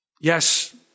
Yes